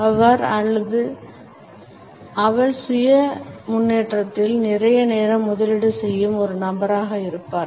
அவர் அல்லது அவள் சுய முன்னேற்றத்தில் நிறைய நேரம் முதலீடு செய்யும் ஒரு நபராக இருப்பார்